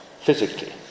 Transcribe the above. physically